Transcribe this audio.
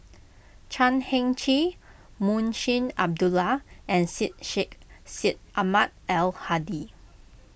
Chan Heng Chee Munshi Abdullah and Syed Sheikh Syed Ahmad Al Hadi